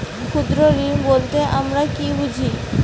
ক্ষুদ্র ঋণ বলতে আমরা কি বুঝি?